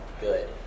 good